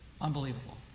Unbelievable